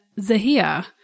Zahia